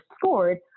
scored